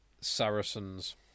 Saracens